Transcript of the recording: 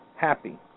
happy